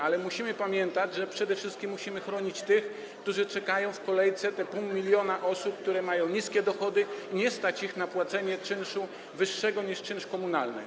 Ale musimy pamiętać, że przede wszystkim musimy chronić tych, którzy czekają w kolejce, te 0,5 mln osób, które mają niskie dochody i nie stać ich na płacenie czynszu wyższego niż czynsz komunalny.